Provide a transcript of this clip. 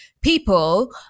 people